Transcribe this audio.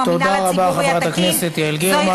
תודה רבה לחברת הכנסת יעל גרמן.